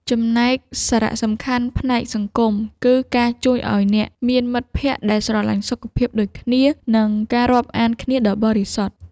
ចំណែកសារៈសំខាន់ផ្នែកសង្គម គឺការជួយឱ្យអ្នកមានមិត្តភក្តិដែលស្រឡាញ់សុខភាពដូចគ្នា និងការរាប់អានគ្នាដ៏បរិសុទ្ធ។